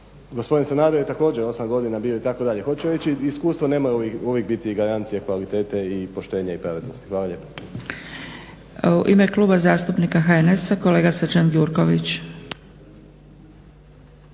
Gospodin Sanader je također 8 godina bio itd., hoću reći iskustvo ne mora uvijek biti garancija kvalitete i poštenja i pravednosti. Hvala lijepo.